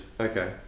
Okay